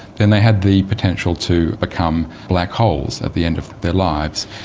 then they had the potential to become black holes at the end of their lives.